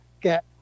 get